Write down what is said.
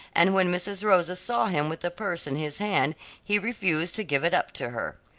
and when mrs. rosa saw him with the purse in his hand he refused to give it up to her.